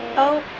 oh.